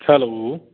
hello